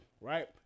right